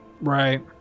Right